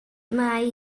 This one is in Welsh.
mae